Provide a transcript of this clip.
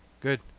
Good